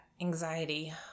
anxiety